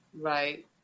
right